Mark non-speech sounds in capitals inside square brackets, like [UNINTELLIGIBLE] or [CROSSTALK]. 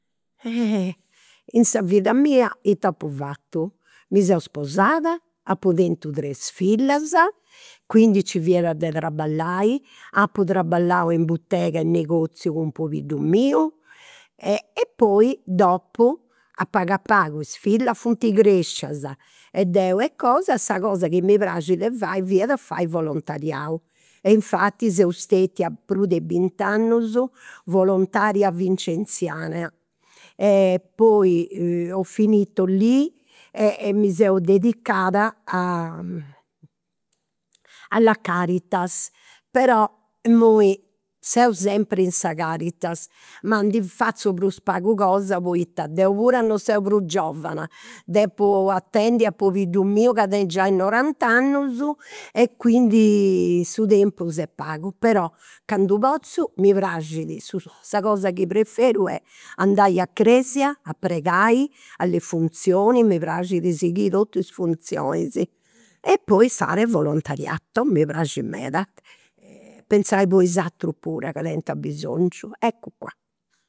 In sa vida mia ita apu fatu, mi seu sposada, apu tentu tres fillas, quindi nci fiat de traballai, apu traballau in butega, in negoziu cun pobiddu miu. Poi dopu, a pagu a pagu, is fillas funt crescias, e deu e cosa sa cosa chi mi prait a fai fiat a fai volontariau. E infati seu stetia prus de bint'annus volontaria vincenziana. [HESITATION] Poi ho finito lì e mi seu dedicat a [HESITATION] alla caritas. Però imui seu sempri in sa caritas ma ndi fatzu prus pagu cosas poita deu puru non seu prus giovana, depu atendi a [UNINTELLIGIBLE] miu ca tenit giai norant'annus e quindi su tempus est pagu. Però candu potzu mi praxit. [NOISE] Sa cosa chi preferu est andai a cresia a pregai, alle funzioni, mi praxit a [UNINTELLIGIBLE] totus is funzionis. E poi fare volontariato, mi praxit meda, pentzai po is aturus pura ca tenint abisongiu. Eccu qua